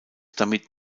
damit